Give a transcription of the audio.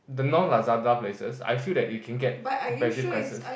the non Lazada places I feel that you can get competitive prices